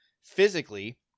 physically